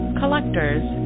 collectors